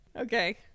okay